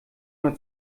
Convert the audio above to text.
nur